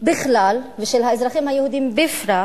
בכלל ושל האזרחים היהודים בפרט,